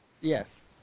Yes